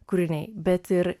kūriniai bet ir